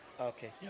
Okay